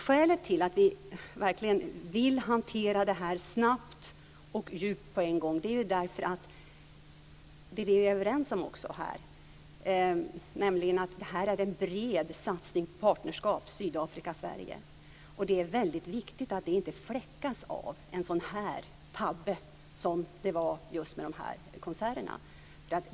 Skälet till att vi verkligen vill hantera detta snabbt och djupt på en gång är, som vi också är överens om här, att det är fråga om en bred satsning på partnerskap mellan Sydafrika och Sverige. Det är väldigt viktigt att det inte fläckas av tabben med konserterna.